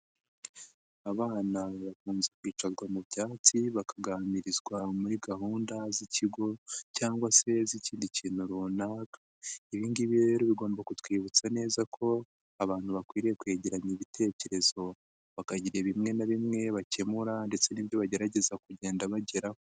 Abana bicazwa mu byatsi bakaganirizwa muri gahunda z'ikigo cyangwa se z'ikindi kintu runaka ibingibi rero bigomba kutwibutsa neza ko abantu bakwiriye kwegeranya ibitekerezo bakagira bimwe na bimwe bakemura ndetse n'ibyo bagerageza kugenda bageraho.